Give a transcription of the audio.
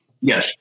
Yes